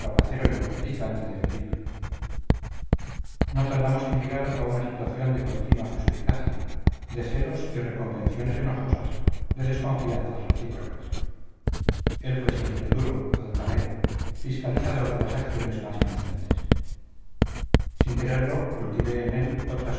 trapacero y mortificante de felipe no tardamos en llegar a una situación de continua suspicacia de celos y reconvenciones enojosas de desconfianzas recíprocas él fue siempre duro altanero fiscalizador de las acciones más inocentes sin quererlo cultivé en él otras